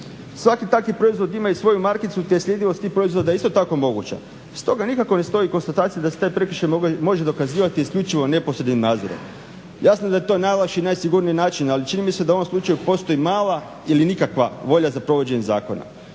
Svaki takav proizvod ima i svoju markicu te je sljedivost tih proizvoda isto tako moguća. Stoga nikako ne stoji konstatacija da se taj prekršaj može dokazivati isključivo neposrednim nadzorom. Jasno je da je to najlakši i najsigurniji način, ali čini mi se da u ovom slučaju postoji mala ili nikakva volja za provođenje zakona.